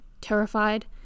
terrified